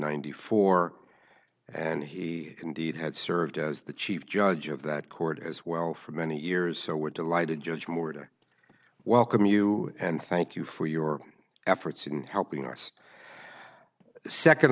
ninety four and he indeed had served as the chief judge of that court as well for many years so we're delighted judge moore to welcome you and thank you for your efforts in helping us second